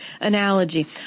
analogy